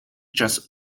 just